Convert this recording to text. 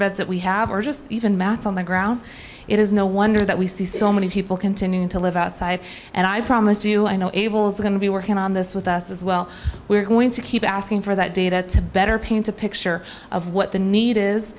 beds that we have or just even mats on the ground it is no wonder that we see so many people continuing to live outside and i promise you i know abel's are going to be working on this with us as well we're going to keep asking for that data to better paint a picture of what the need is